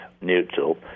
neutral